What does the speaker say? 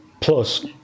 plus